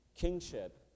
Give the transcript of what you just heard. kingship